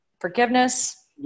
forgiveness